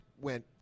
went